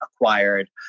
acquired